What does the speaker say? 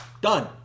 Done